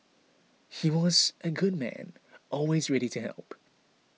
he was a good man always ready to help